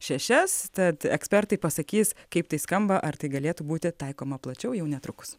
šešias tad ekspertai pasakys kaip tai skamba ar tai galėtų būti taikoma plačiau jau netrukus